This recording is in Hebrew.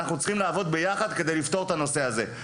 ואנחנו צריכים לעבוד ביחד כדי לפתור את הנושא הזה.